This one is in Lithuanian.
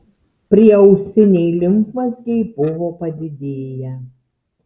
prieausiniai limfmazgiai buvo padidėję